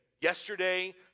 yesterday